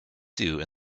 sue